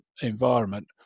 environment